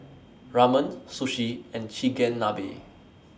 Ramen Sushi and Chigenabe